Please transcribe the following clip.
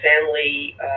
family